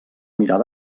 mirar